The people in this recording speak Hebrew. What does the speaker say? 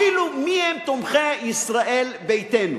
אפילו, מי הם תומכי ישראל ביתנו?